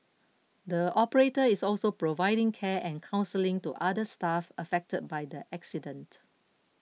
the operator is also providing care and counselling to other staff affected by the accident